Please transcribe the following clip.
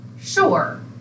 Sure